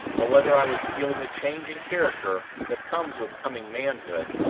or whether i was feeling the change in character that comes with coming manhood,